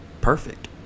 perfect